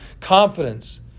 confidence